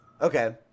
Okay